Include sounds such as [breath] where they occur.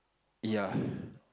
ya [breath]